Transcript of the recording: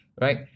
right